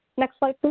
next slide.